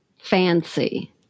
Fancy